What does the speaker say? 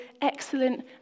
excellent